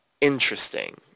interesting